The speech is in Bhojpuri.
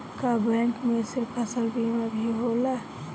का बैंक में से फसल बीमा भी होला?